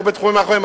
כמו בתחומים אחרים,